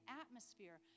atmosphere